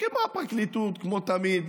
שכמו הפרקליטות, כמו תמיד,